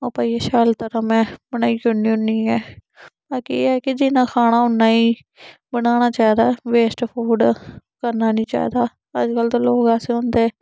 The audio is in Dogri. ओह् पाइयै शैल तरह मै बनाई उड़नी होन्नी आं बाकी एह् ऐ कि जिन्ना खाना उन्ना ही बनाना चाहिदा वेस्ट फूड करना निं चाहिदा अज्जकल ते लोग ऐसे होंदे